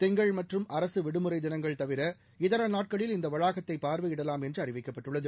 திங்கள் மற்றும் அரசுவிடுமுறைதினங்கள் தவிர இதரநாட்களில் இநதவளாகத்தைபார்வையிடலாம் என்றுஅறிவிக்கப்பட்டுள்ளது